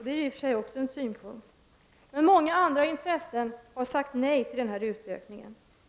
Det är i och för sig också en synpunkt. Företrädare för många andra intressen har sagt nej till denna utökning.